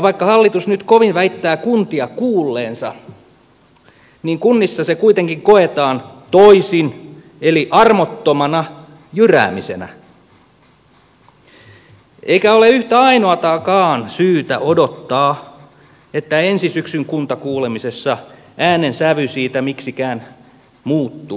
vaikka hallitus nyt kovin väittää kuntia kuulleensa niin kunnissa se kuitenkin koetaan toisin eli armottomana jyräämisenä eikä ole yhtä ainuttakaan syytä odottaa että ensi syksyn kuntakuulemisessa äänensävy siitä miksikään muuttuisi